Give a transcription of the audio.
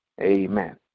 Amen